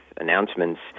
announcements